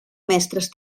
mestres